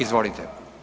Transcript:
Izvolite.